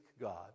God